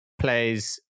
plays